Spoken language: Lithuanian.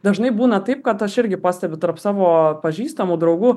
dažnai būna taip kad aš irgi pastebiu tarp savo pažįstamų draugų